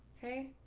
ok,